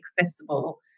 accessible